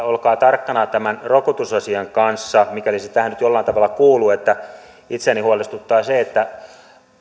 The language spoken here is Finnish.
olkaa tarkkana tämän rokotusasian kanssa mikäli se tähän nyt jollain tavalla kuuluu itseäni huolestuttaa se että